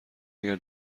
اگر